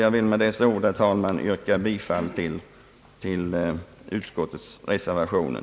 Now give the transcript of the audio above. Jag vill med dessa ord, herr talman, yrka bifall till reservationen.